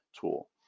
tool